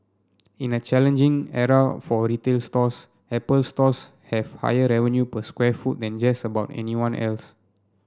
in a challenging era for retail stores Apple Stores have higher revenue per square foot than just about anyone else